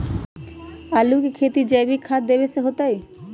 आलु के खेती जैविक खाध देवे से होतई?